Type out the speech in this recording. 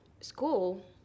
school